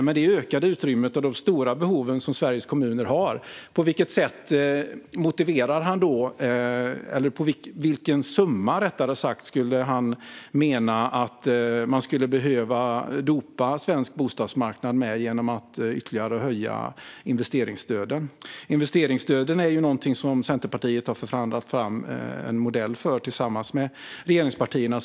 Med det ökade utrymme och de stora behov som Sveriges kommuner har - vilken summa menar Momodou Malcolm Jallow att man skulle behöva dopa svensk bostadsmarknad med genom att ytterligare höja investeringsstöden? Investeringsstöden är någonting som Centerpartiet har förhandlat fram en modell för tillsammans med regeringspartierna.